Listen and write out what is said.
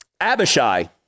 Abishai